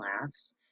laughs